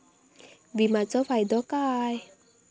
विमाचो फायदो काय?